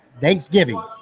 Thanksgiving